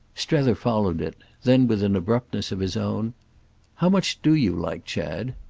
strether followed it then with an abruptness of his own how much do you like chad?